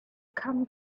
come